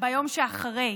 ביום שאחרי.